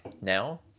now